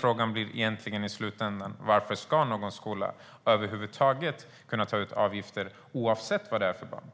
Frågan blir egentligen i slutändan varför någon skola över huvud taget ska kunna ta ut avgifter, oavsett vad det är för barn som